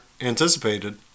anticipated